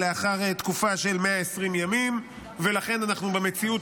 החוק, בבקשה.